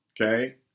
okay